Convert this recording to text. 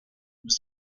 was